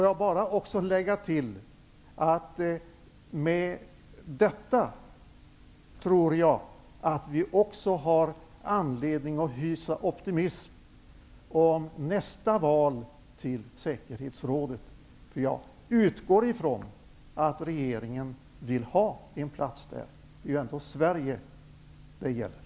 Jag vill också tillägga att jag tror att vi med detta har anledning att hysa optimism om nästa val till säkerhetsrådet. Jag utgår ifrån att regeringen vill ha en plats där. Det är ju ändå Sverige det gäller.